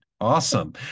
awesome